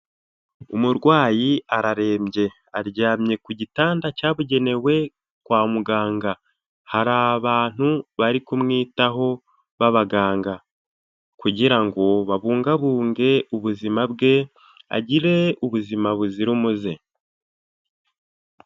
Umurwayi ararembye aryamye ku gitanda cyabugenewe kwa muganga, hari abantu bari kumwitaho b'abaganga kugira ngo babungabunge ubuzima bwe agire ubuzima buzira umuze.